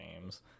games